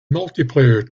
multiplayer